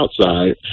outside